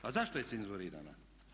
A zašto je cenzurirana?